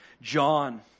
John